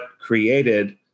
created